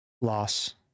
loss